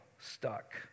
Stuck